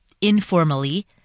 informally